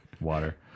Water